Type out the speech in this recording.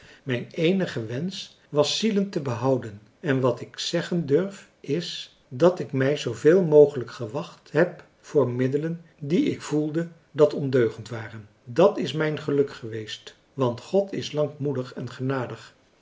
kennissen eenige wensch was zielen te behouden en wat ik zeggen durf is dat ik mij zooveel mogelijk gewacht heb voor middelen die ik voelde dat ondeugend waren dat is mijn geluk geweest want god is lankmoedig en genadig